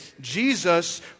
Jesus